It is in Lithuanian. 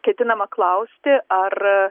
ketinama klausti ar